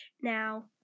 Now